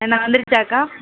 என்ன வந்துடுச்சாக்கா